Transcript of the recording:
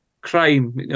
crime